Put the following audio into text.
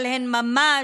אבל הן ממש,